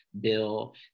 bill